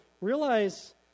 realize